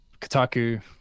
kotaku